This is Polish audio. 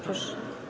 Proszę.